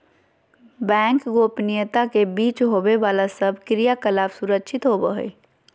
bank गोपनीयता के बीच होवे बाला सब क्रियाकलाप सुरक्षित होवो हइ